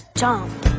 jump